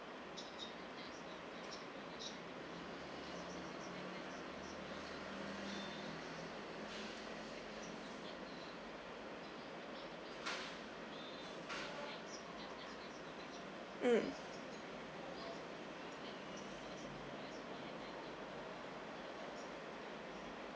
mm